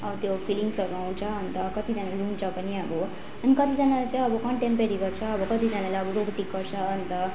त्यो फिलिङ्सहरू आउँछ अन्त कतिजना रुन्छ पनि अब अनि कतिजनाले चाहिँ अब कन्टेम्पोरेरी गर्छ अब कतिजनाले अब रोबोटिक गर्छ अन्त